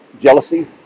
Jealousy